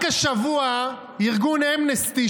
רק השבוע ארגון אמנסטי,